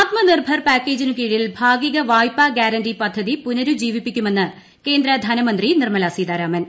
ആത്മനിർഭർ പാക്കേജിനു ക്രൂീഴിൽ ഭാഗിക വായ്പാ ഗ്യാരന്റി പദ്ധതി പുനരുജ്ജീവിപ്പിക്കുമെന്ന് ധനമന്ത്രി നിർമല സീതാരാമൻ